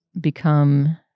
become